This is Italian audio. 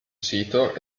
sito